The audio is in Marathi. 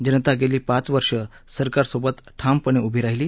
जनता गेली पाच वर्ष सरकारसोबत ठामपणे उभी राहीली